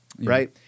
right